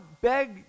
beg